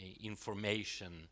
information